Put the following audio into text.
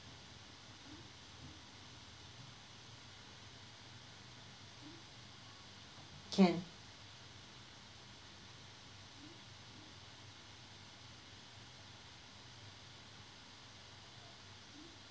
can